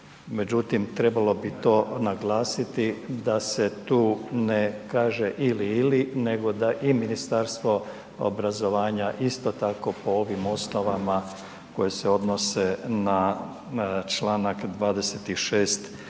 Međutim, trebalo bi to naglasiti da se tu ne kaže ili-ili nego da i Ministarstvo obrazovanja isto tako po ovim osnovama koje se odnose na čl. 26.